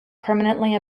permanently